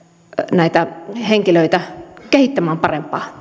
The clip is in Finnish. näitä henkilöitä kehittämään parempaa